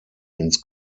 ins